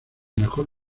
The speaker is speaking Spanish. mejor